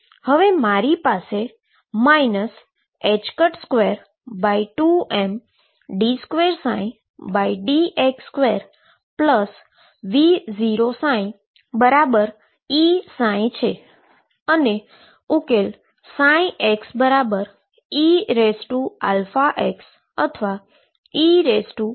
હવે મારી પાસે 22md2dx2V0ψEψ છે અને ઉકેલ xeαx અથવા e αx મળે છે